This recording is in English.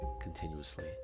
continuously